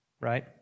right